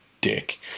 dick